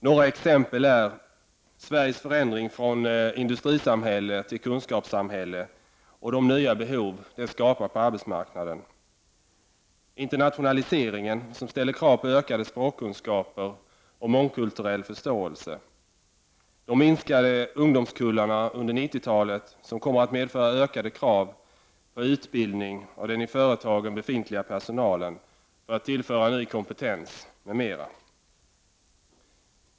Några exempel är: — Sveriges förändring från industrisamhälle till kunskapssamhälle och de nya behov det skapar på arbetsmarknaden, — internationaliseringen, som ställer krav på ökade språkkunskaper och mångkulturell förståelse, samt — de minskade ungdomskullarna under 90-talet, som kommer att medföra ökade krav på utbildning av den i företagen befintliga personalen för att tillföra ny kompetens m.m.